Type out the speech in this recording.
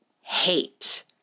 hate